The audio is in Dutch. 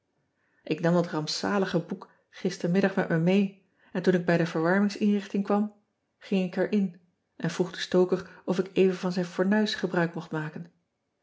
k nam dat rampzalige boek gistermiddag met me mee en toen ik bij de verwarmingsinrichting kwam ging ik er in en vroeg den stoker of ik even van zijn fornuis gebruik mocht maken